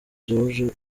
george